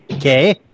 Okay